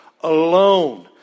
alone